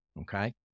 okay